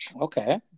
Okay